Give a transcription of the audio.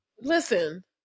Listen